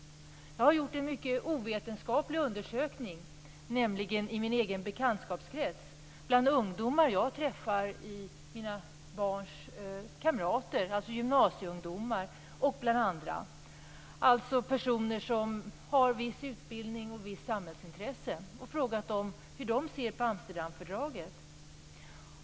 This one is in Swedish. Jag har gjort en mycket ovetenskaplig undersökning, nämligen i min egen bekantskapskrets - gymnasieungdomar bland mina barns kamrater och andra som jag träffar. Det är personer som har viss utbildning och visst samhällsintresse, och jag har frågat dem hur de ser på Amsterdamfördraget.